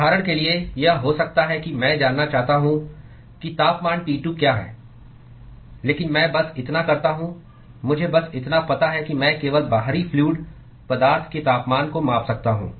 उदाहरण के लिए यह हो सकता है कि मैं जानना चाहता हूं कि तापमान T 2 क्या है लेकिन मैं बस इतना करता हूं मुझे बस इतना पता है कि मैं केवल बाहरी फ्लूअड पदार्थ के तापमान को माप सकता हूं